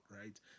right